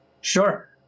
Sure